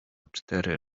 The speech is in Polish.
cztery